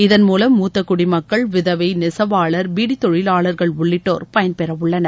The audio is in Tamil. இதன் மூவம் மூத்த குடிமக்கள் விதவை நெசவாளர் பீடி தொழிலாளர்கள் உள்ளிட்டோர் பயன்பெறவுள்ளனர்